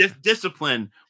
discipline